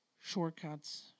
shortcuts